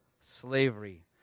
slavery